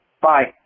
bye